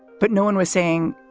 but no one was saying,